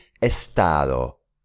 Estado